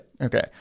Okay